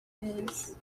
his